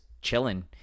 chilling